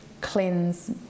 cleanse